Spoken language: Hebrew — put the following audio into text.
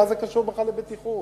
מה זה קשור בכלל לבטיחות?